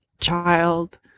Child